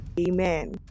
Amen